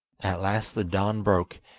at last the dawn broke,